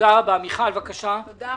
תודה רבה.